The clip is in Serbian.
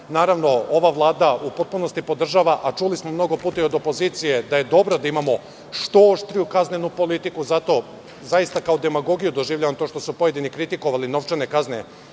Naravno, ova Vlada u potpunosti podržava, a čuli smo mnogo puta i od opozicije, da je dobro da imamo što oštriju kaznenu politiku. Zato, zaista kao demagogiju doživljavam to što su pojedini kritikovali novčane kazne